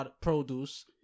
produce